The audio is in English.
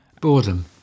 Boredom